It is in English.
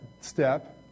step